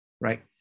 right